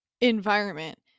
environment